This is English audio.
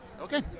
Okay